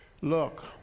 Look